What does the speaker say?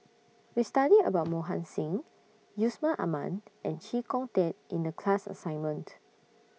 We studied about Mohan Singh Yusman Aman and Chee Kong Tet in The class assignment